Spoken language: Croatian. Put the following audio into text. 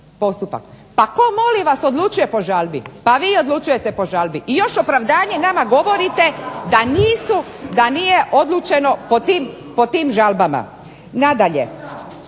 Pa tko molim vas odlučuje po žalbi? Pa vi odlučujete po žalbi i još opravdanje nama govorite da nije odlučeno pod tim žalbama. Nadalje,